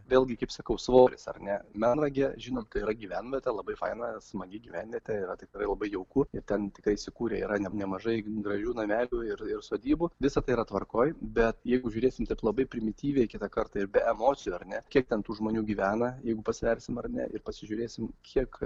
vėlgi kaip sakau svoris ar ne melrage žinome tai yra gyvenvietė labai faina smagi gyvenvietė yra tikrai labai jauku ir ten tikrai įsikūrė yra nemažai gražių namelių ir sodybų visa tai yra tvarkoj bet jeigu žiūrėsim labai primityviai kitą kartą ir be emocijų ar ne kiek ten tų žmonių gyvena jeigu pasversim ar ne ir pasižiūrėsim kiek